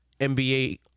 NBA